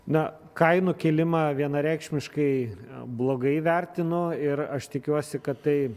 na kainų kilimą vienareikšmiškai blogai vertinu ir aš tikiuosi kad tai